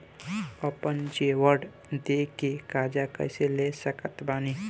आपन जेवर दे के कर्जा कइसे ले सकत बानी?